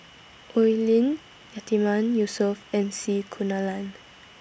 Oi Lin Yatiman Yusof and C Kunalan